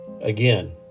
Again